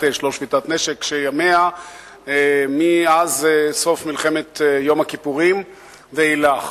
שימיה מאז סוף מלחמת יום הכיפורים ואילך.